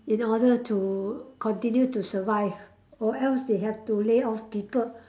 in order to continue to survive or else they have to lay off people